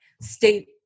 state